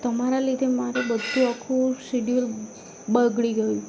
તમારા લીધે મારું બધું આખું શિડયુયલ બગડી ગયું